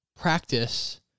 practice